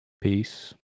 Peace